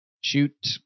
shoot